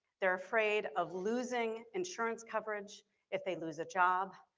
they're afraid of losing insurance coverage if they lose a job.